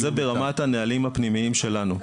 זה במסגרת רמת הנהלים הפנימיים שלנו,